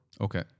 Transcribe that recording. Okay